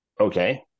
Okay